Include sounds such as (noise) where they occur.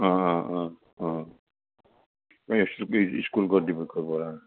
অঁ অঁ অঁ অঁ (unintelligible) স্কুল কৰ্তৃপক্ষৰপৰা